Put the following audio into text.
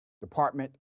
department